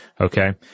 Okay